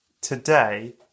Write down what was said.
today